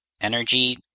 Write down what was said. energy